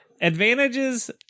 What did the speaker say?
Advantages